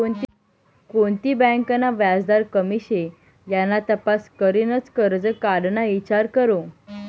कोणती बँक ना व्याजदर कमी शे याना तपास करीनच करजं काढाना ईचार करो